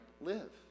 live